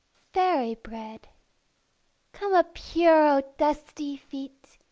fairy bread come up here, o dusty feet!